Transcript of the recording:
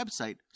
website